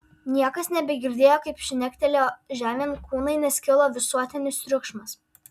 niekas nebegirdėjo kaip žnektelėjo žemėn kūnai nes kilo visuotinis triukšmas